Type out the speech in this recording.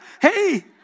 Hey